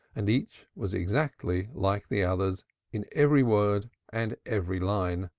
and each was exactly like the others in every word and every line.